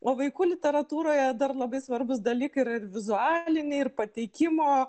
o vaikų literatūroje dar labai svarbūs dalykai ir vizualiniai ir pateikimo